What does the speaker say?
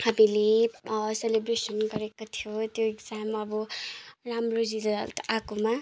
हामीले सेलेब्रेसन गरेको थियो त्यो इक्जाम अब राम्रो रिजल्ट आएकोमा